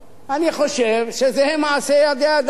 אני חושב שזה מעשה ידי אדם.